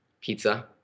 Pizza